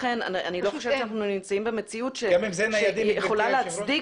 אני לא חושבת שאנחנו נמצאים במציאות שיכולה להצדיק